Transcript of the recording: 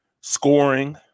scoring